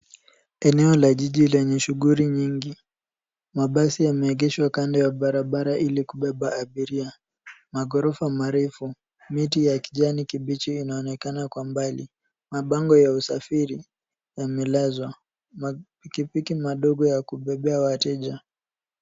Eneo la jiji lenye shughuli nyingi. Mabasi yameegeshwa kando ya barabara ili kubeba abiria. Maghorofa marefu, miti ya kijani kibichi inaonekana kwa mbali. Mabango ya usafiri yamelazwa. Mapikipiki madogo ya kubebea wateja.